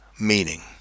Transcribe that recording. meaning